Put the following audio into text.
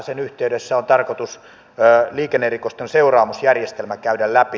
sen yhteydessä on tarkoitus liikennerikosten seuraamusjärjestelmä käydä läpi